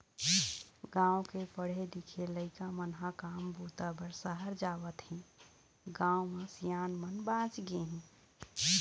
गाँव के पढ़े लिखे लइका मन ह काम बूता बर सहर जावत हें, गाँव म सियान मन बाँच गे हे